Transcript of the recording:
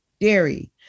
dairy